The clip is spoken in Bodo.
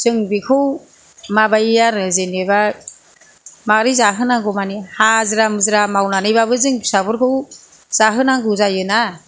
जों बेखौ माबायो आरो जेनबा मारै जाहोनांगौ माने हाजिरा मुजिरा मावनानैबाबो जों फिसाफोरखौ जाहोनांगौ जायो ना